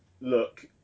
look